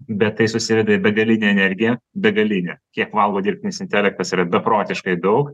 bet tai susiveda į begalinę energiją begalinę kiek valgo dirbtinis intelektas yra beprotiškai daug